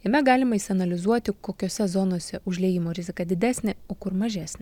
jame galima išsianalizuoti kokiose zonose užliejimo rizika didesnė o kur mažesnė